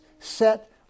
set